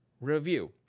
review